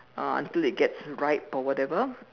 uh until it gets ripe or whatever